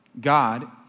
God